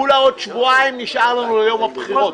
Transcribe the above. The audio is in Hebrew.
כולה עוד שבועיים נשאר לנו ליום הבחירות.